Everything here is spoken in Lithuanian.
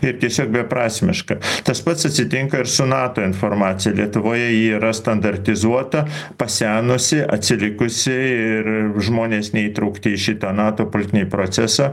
ir tiesiog beprasmiška tas pats atsitinka ir su nato informacija lietuvoje ji yra standartizuota pasenusi atsilikusi ir žmonės neįtraukti į šitą nato politinį procesą